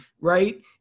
right